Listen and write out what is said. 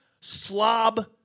slob